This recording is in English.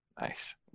Nice